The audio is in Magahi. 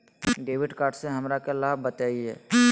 डेबिट कार्ड से हमरा के लाभ बताइए?